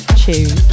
tune